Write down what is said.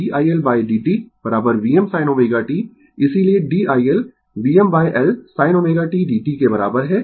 इसीलिए d iL VmL sin ω t dt के बराबर है